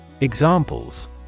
Examples